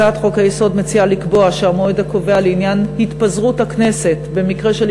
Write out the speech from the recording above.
הצעת חוק-היסוד מציעה לקבוע שהמועד הקובע לעניין התפזרות הכנסת במקרה של